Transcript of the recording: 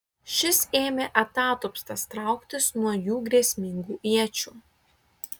šis ėmė atatupstas trauktis nuo jų grėsmingų iečių